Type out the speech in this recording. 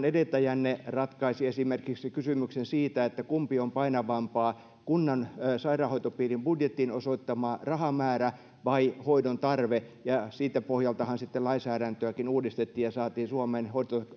edeltäjänne ratkaisi esimerkiksi kysymyksen siitä kumpi on painavampaa kunnan tai sairaanhoitopiirin budjettiin osoittama rahamäärä vai hoidon tarve ja siltä pohjaltahan sitten lainsäädäntöäkin uudistettiin ja saatiin suomeen